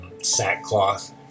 sackcloth